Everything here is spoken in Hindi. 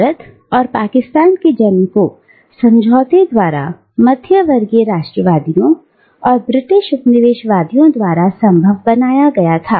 भारत और पाकिस्तान के जन्म को समझौते द्वारा मध्यवर्गीय राष्ट्रवादी ओं और ब्रिटिश उपनिवेशवादियों द्वारा संभव बनाया गया था